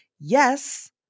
yes